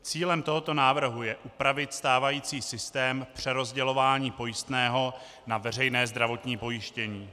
Cílem tohoto návrhu je upravit stávající systém přerozdělování pojistného na veřejné zdravotní pojištění.